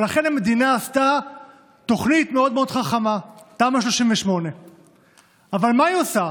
אבל אכן המדינה עשתה תוכנית מאוד מאוד חכמה: תמ"א 38. מה היא עושה?